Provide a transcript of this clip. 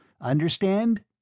Understand